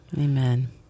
Amen